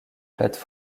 plates